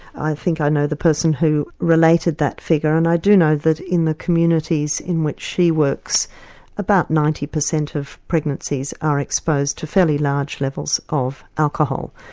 i think i know the person who related that figure and i do know that in the communities in which she works about ninety percent of pregnancies are exposed to fairly large levels of alcohol.